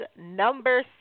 number